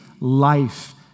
life